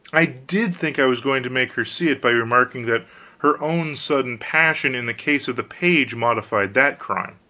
i did think i was going to make her see it by remarking that her own sudden passion in the case of the page modified that crime.